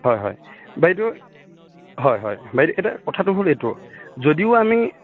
হয় হয় বাইদেউ হয় হয় বাইদেউ এতিয়া কথাটো হ'ল এইটো যদিও আমি